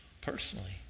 personally